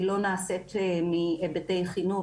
היא לא נעשית מהיבטי חינוך,